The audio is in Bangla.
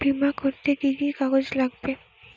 বিমা করতে কি কি কাগজ লাগবে?